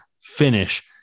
finish